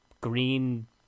green